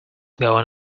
going